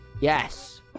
Yes